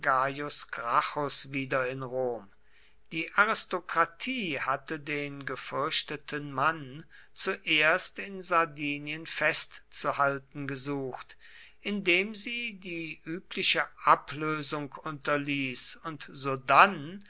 wieder in rom die aristokratie hatte den gefürchteten mann zuerst in sardinien festzuhalten gesucht indem sie die übliche ablösung unterließ und sodann